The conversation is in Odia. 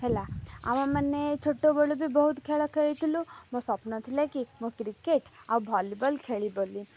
ହେଲା ଆମ ମାନ ଛୋଟବେଳୁ ବି ବହୁତ ଖେଳ ଖେଳିଥିଲୁ ମୋ ସ୍ୱପ୍ନ ଥିଲେ କି ମୁଁ କ୍ରିକେଟ୍ ଆଉ ଭଲିବଲ୍ ଖେଳିବି ବୋଲି